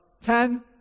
ten